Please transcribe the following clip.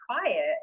quiet